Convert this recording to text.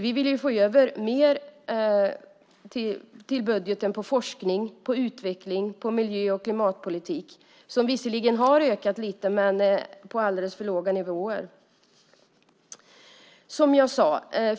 Vi vill få över mer till budgeten på forskning, utveckling och på miljö och klimatpolitik, som visserligen har ökat lite men på alldeles för låga nivåer.